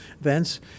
events